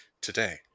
today